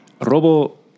Robo